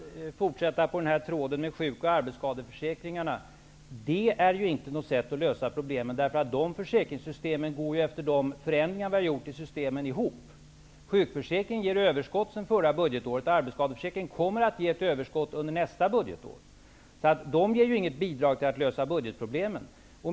Herr talman! Låt mig bara få fortsätta på tråden med sjuk och arbetsskadeförsäkringarna. Detta är inte något sätt att lösa problemen, eftersom de försäkringarna efter de förändringar vi gjort i sy stemen går ihop. Sjukförsäkringen ger sedan förra året överskott, och arbetsskadeförsäkringen kommer att ge ett överskott under nästa budgetår. Dessa försäkringar ger alltså inte något bidrag till en lösning av budgetproblemen.